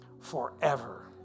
forever